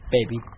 Baby